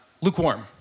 lukewarm